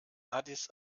addis